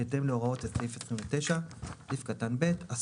בהתאם להוראות סעיף 29. 3/ב'.השר,